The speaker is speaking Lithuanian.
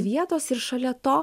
vietos ir šalia to